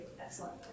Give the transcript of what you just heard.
excellent